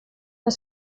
jag